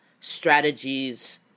strategies